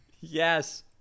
Yes